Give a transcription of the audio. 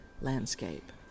landscape